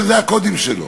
שאלה הקודים שלו,